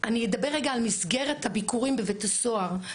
אני אדבר רגע על מסגרת הביקורים בבית הסוהר.